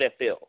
NFL